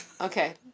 Okay